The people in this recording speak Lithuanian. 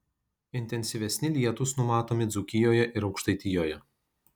intensyvesni lietūs numatomi dzūkijoje ir aukštaitijoje